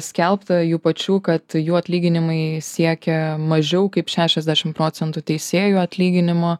skelbta jų pačių kad jų atlyginimai siekia mažiau kaip šešiasdešim proentų teisėjų atlyginimo